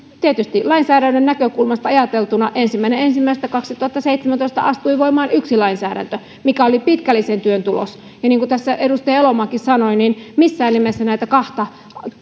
tietysti lainsäädännön näkökulmasta ajateltua ensimmäinen ensimmäistä kaksituhattaseitsemäntoista astui voimaan yksi lainsäädäntö mikä oli pitkällisen työn tulos niin kuin tässä edustaja elomaakin sanoi missään nimessä näitä kahta